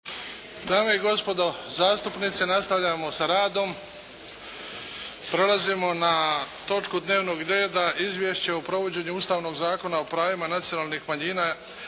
Dame i gospodo zastupnici! Nastavljamo sa radom. Prelazimo na točku dnevnog reda - Izvješće o provođenju Ustavnog zakona o pravima nacionalnih manjina